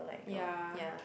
ya